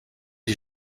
die